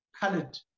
colored